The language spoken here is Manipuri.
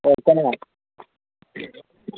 ꯀꯅꯥ